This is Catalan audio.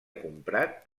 comprat